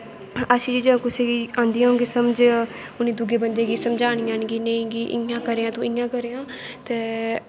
अच्छियां चीजां कुसें गी आंदियां होंगियां समझ उनैं दुए बंदे गा समझानियां न कि इयां करेआं तूं इयां करेआं ते